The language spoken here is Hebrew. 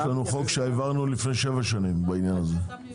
יש חוק שהעברנו לפני שבע שנים בעניין הזה.